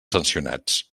sancionats